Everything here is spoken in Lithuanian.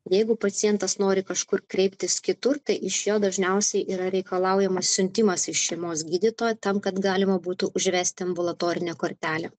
jeigu pacientas nori kažkur kreiptis kitur tai iš jo dažniausiai yra reikalaujamas siuntimas iš šeimos gydytojo tam kad galima būtų užvesti umbulatorinę kortelę